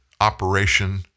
operation